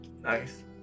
Nice